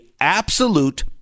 absolute